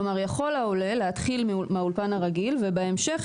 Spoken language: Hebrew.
כלומר יכול העולה להתחיל מהאולפן הרגיל ובהמשך,